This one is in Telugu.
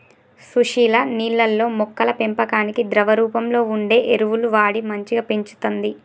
సుశీల నీళ్లల్లో మొక్కల పెంపకానికి ద్రవ రూపంలో వుండే ఎరువులు వాడి మంచిగ పెంచుతంది